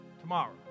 tomorrow